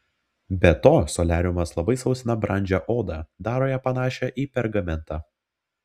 be to soliariumas labai sausina brandžią odą daro ją panašią į pergamentą